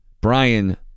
Brian